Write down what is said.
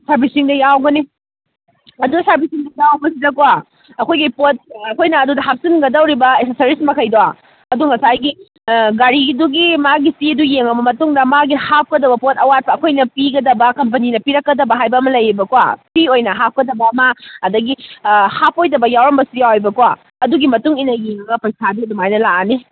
ꯁꯥꯔꯚꯤꯁꯤꯡꯗ ꯌꯥꯎꯒꯅꯤ ꯑꯗꯣ ꯁꯥꯔꯚꯤꯁꯤꯡꯗ ꯌꯥꯎꯕꯁꯤꯗꯀꯣ ꯑꯩꯈꯣꯏꯒꯤ ꯄꯣꯠ ꯑꯩꯈꯣꯏꯅ ꯑꯗꯨꯗꯨ ꯍꯥꯞꯆꯤꯟꯒꯗꯧꯔꯤꯕ ꯑꯦꯛꯁꯦꯁꯔꯤꯁ ꯃꯈꯩꯗꯣ ꯑꯗꯨ ꯉꯁꯥꯏꯒꯤ ꯒꯥꯔꯤꯗꯨꯒꯤ ꯃꯥꯒꯤ ꯆꯦꯗꯨ ꯌꯦꯡꯉꯕ ꯃꯇꯨꯡꯗ ꯃꯥꯒꯤ ꯍꯥꯞꯀꯗꯕ ꯄꯣꯠ ꯑꯋꯥꯠꯄ ꯑꯩꯈꯣꯏꯅ ꯄꯤꯒꯗꯕ ꯀꯝꯄꯅꯤꯅ ꯄꯤꯔꯛꯀꯗꯕ ꯍꯥꯏꯕ ꯑꯃ ꯂꯩꯌꯦꯕꯀꯣ ꯐ꯭ꯔꯤ ꯑꯣꯏꯅ ꯍꯥꯞꯀꯗꯕ ꯑꯃ ꯑꯗꯒꯤ ꯍꯥꯞꯄꯣꯏꯗꯕ ꯌꯥꯎꯔꯝꯕꯁꯨ ꯌꯥꯎꯋꯦꯕꯀꯣ ꯑꯗꯨꯒꯤ ꯃꯇꯨꯡ ꯏꯟꯅ ꯌꯦꯡꯉꯒ ꯄꯩꯁꯥꯗꯨ ꯑꯗꯨꯃꯥꯏꯅ ꯂꯥꯛꯑꯅꯤ